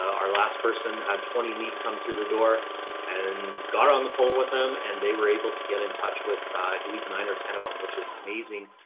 our last person had twenty leads come through the door and got on the phone with them. and they were able to get in touch with, ah, i believe nine or ten of them, which is an amazing,